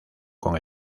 con